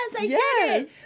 yes